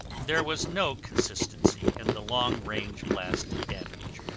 there was no consistency in the long range blast damage.